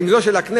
ואם לא של הכנסת,